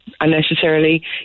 unnecessarily